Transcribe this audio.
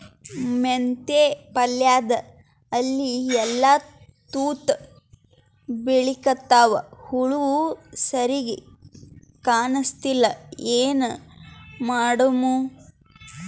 ಮೆಂತೆ ಪಲ್ಯಾದ ಎಲಿ ಎಲ್ಲಾ ತೂತ ಬಿಳಿಕತ್ತಾವ, ಹುಳ ಸರಿಗ ಕಾಣಸ್ತಿಲ್ಲ, ಏನ ಮಾಡಮು?